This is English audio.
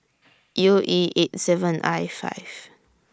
U E eight seven I five